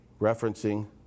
referencing